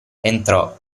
entrò